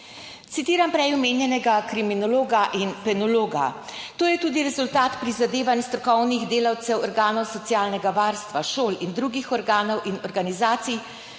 Citiram prej omenjenega kriminologa in penologa: »To je tudi rezultat prizadevanj strokovnih delavcev, organov socialnega varstva, šol in drugih organov in organizacij,